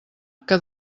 que